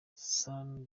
sano